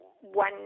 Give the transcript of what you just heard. one